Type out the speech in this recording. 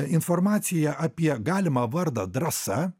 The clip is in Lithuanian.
informaciją apie galimą vardą drąsa